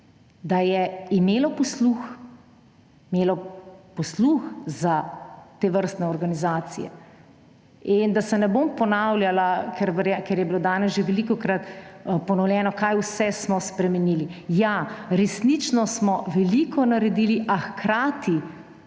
da je imel posluh za tovrstne organizacije. Da se ne bom ponavljala, ker je bilo danes že velikokrat ponovljeno, kaj vse smo spremenili – ja, resnično smo veliko naredili, a hkrati